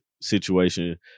situation